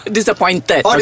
Disappointed